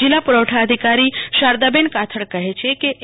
જિલ્લા પુરવઠા અધિકારી શારદાબેન કાથડ કહે છે કે એ